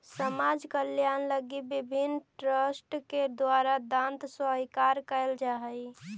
समाज कल्याण लगी विभिन्न ट्रस्ट के द्वारा दांत स्वीकार कैल जा हई